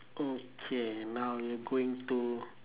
okay now we going to